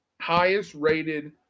highest-rated